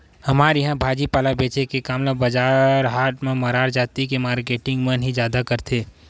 हमर इहाँ भाजी पाला बेंचे के काम ल बजार हाट म मरार जाति के मारकेटिंग मन ह ही जादा करथे